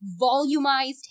volumized